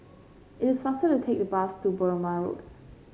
it is faster to take the bus to Burmah Road